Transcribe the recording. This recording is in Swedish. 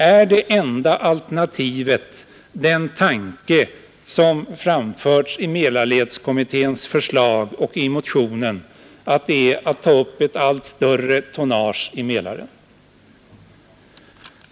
Är det enda alternativet den tanke som framförts i Mälarledskommitténs förslag liksom i motionen, dvs. att föra in ett allt större tonnage i Mälaren?